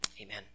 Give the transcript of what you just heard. Amen